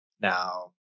Now